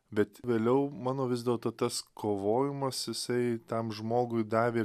bet vėliau mano vis dėlto tas kovojimas jisai tam žmogui davė